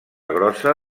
grossa